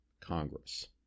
Congress